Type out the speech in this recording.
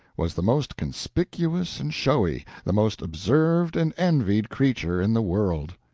was the most conspicuous and showy, the most observed and envied creature in the world.